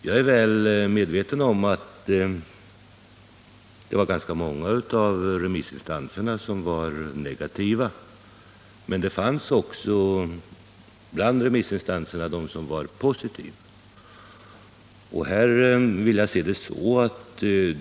Jag är väl medveten om att det var ganska många av remissinstanserna som var negativa, men det fanns också positiva instanser. Jag vill se det hela närmast som en vilja att skapa nya vägar för en yrkesutbildning som många efterfrågar.